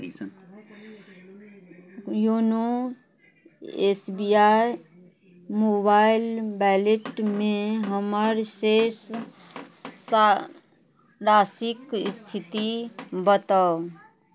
YONO S B I mobile वैलेटमे हमर शेष स राशिक स्थिति बताउ